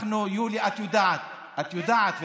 יוליה, את יודעת, את יודעת.